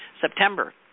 September